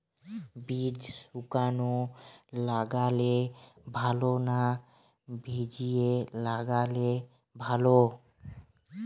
বীজ শুকনো লাগালে ভালো না ভিজিয়ে লাগালে ভালো?